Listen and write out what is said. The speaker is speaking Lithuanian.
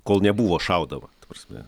kol nebuvo šaudoma ta prasme